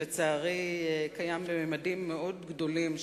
שלצערי קיים בממדים מאוד גדולים,